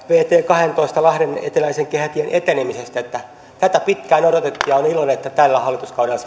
vt kahdentoista lahden eteläisen kehätien etenemisestä tätä pitkään on odotettu ja olen iloinen että tällä hallituskaudella